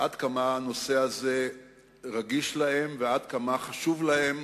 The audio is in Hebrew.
עד כמה הנושא רגיש אצלם ועד כמה חשוב להם